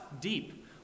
deep